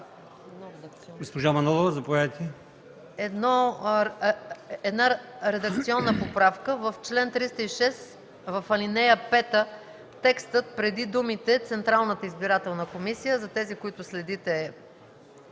една редакционна поправка: в чл. 306, ал. 5 текстът преди думите „Централната избирателна комисия” – за тези, които следите